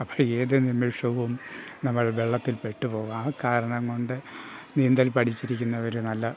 ഏതു നിമിഷവും നമ്മൾ വെള്ളത്തിൽ പെട്ടുപോകാം കാരണമുണ്ട് നീന്തൽ പഠിച്ചിരിക്കുന്നവർ നല്ല